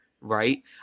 right